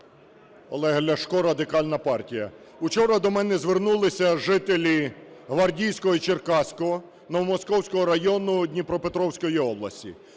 Олег Ляшко, Радикальна партія. Учора до мене звернулися жителі Гвардійського і Черкаського Новомосковського району Дніпропетровської області.